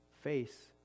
face